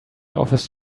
office